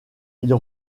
ils